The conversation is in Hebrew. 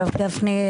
הרב גפני,